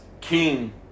king